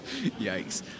Yikes